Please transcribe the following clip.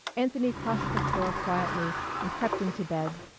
anthony crossed the floor quietly and crept into bed.